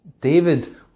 David